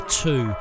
two